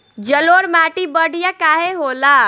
जलोड़ माटी बढ़िया काहे होला?